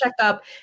checkup